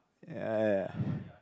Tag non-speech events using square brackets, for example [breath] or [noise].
ya ya ya [breath]